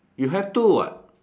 you have to what